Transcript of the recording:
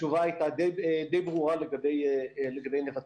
התשובה הייתה די ברורה לגבי נבטים.